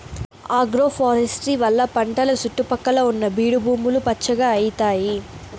agroforestry వల్ల పంటల సుట్టు పక్కల ఉన్న బీడు భూములు పచ్చగా అయితాయి